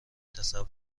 تصور